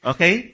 Okay